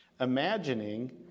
imagining